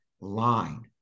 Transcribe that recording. line